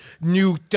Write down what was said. new